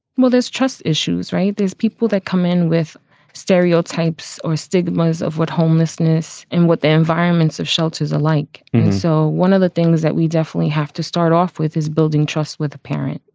well, there's trust issues, right? there's people that come in with stereotypes or stigmas of what homelessness and what the environments of shelters are like. and so one of the things that we definitely have to start off with is building trust with a parent.